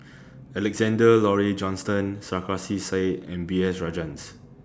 Alexander Laurie Johnston Sarkasi Said and B S Rajhans